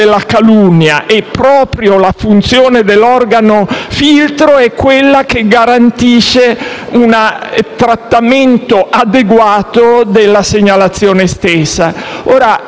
calunnia; e la funzione dell'organo-filtro è proprio quella che garantisce un trattamento adeguato della segnalazione stessa.